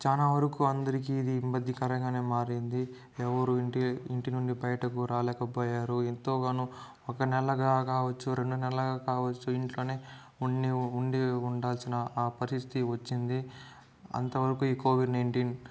చాలా వరకు అందరికీ ఇది ఇబ్బంది కరంగానే మారింది ఎవరు ఇంటి ఇంటినుండి బయటకు రాలేకపోయారు ఎంతగానో ఒక నెలగా కావచ్చు రెండు నెలలుగా కావచ్చు ఇంట్లోనే ఉండి ఉండి ఉండాల్సిన ఆ పరిస్థితి వచ్చింది అంతవరకు ఈ కోవిడ్ నైన్టీన్